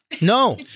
No